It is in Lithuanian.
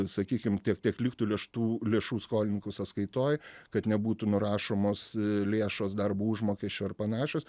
sakykim tiek tiek liktų lėštų lėšų skolininkų sąskaitoj kad nebūtų nurašomos lėšos darbo užmokesčio ar panašios